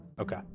okay